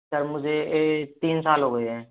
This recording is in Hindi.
सर मुझे तीन साल हो गए हैं